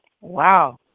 Wow